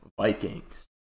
Vikings